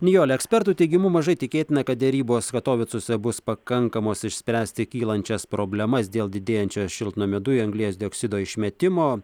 nijole ekspertų teigimu mažai tikėtina kad derybos katovicuose bus pakankamos išspręsti kylančias problemas dėl didėjančio šiltnamio dujų anglies dioksido išmetimo